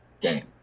game